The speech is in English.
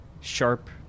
sharp